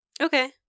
okay